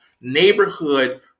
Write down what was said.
neighborhood